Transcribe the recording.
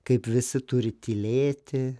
kaip visi turi tylėti